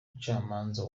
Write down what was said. umucamanza